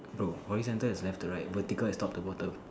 bro horizontal is left to right vertical is top to bottom